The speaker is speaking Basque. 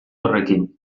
horrekin